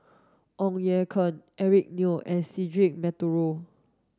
Ong Ye Kung Eric Neo and Cedric Monteiro